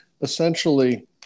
Essentially